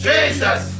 Jesus